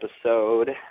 episode